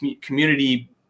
community